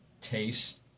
taste